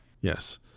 Yes